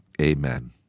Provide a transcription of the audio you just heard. amen